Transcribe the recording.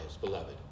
beloved